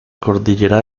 cordillera